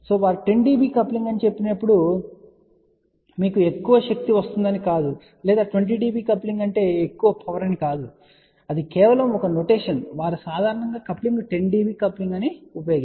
కాబట్టి వారు 10 dB coupling అని చెప్పినప్పుడు అంటే మీకు ఎక్కువ శక్తి వస్తుందని కాదు లేదా 20 dB కప్లింగ్ అంటే ఎక్కువ పవర్ కాదు అది కేవలం ఒక నొటేషన్ వారు సాధారణంగా కప్లింగ్ 10 dB కప్లింగ్ ని ఉపయోగిస్తారు